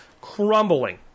crumbling